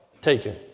taken